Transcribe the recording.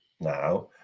now